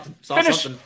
Finish